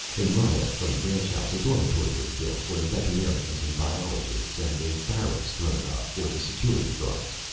a mile from the ranch house, a dormitory was built for the veterinarians and biologists and a barracks thrown up for the security guards.